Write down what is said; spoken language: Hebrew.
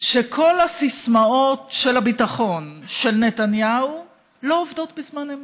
כל הסיסמאות של הביטחון של נתניהו לא עובדות בזמן אמת.